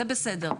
זה בסדר.